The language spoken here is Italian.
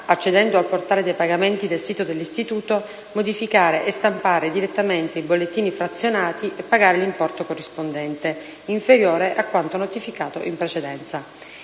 accedendo al portale dei pagamenti del sito dell'istituto, modificare e stampare direttamente i bollettini frazionati e pagare l'importo corrispondente, inferiore a quanto notificato in precedenza.